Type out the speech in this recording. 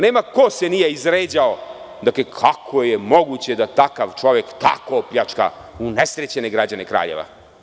Nema ko se nije izređao, kako je moguće da takav čovek tako opljačka unesrećene građane Kraljeva.